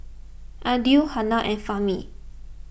Adi Hana and Fahmi